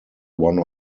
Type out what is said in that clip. one